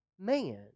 man